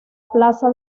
plaza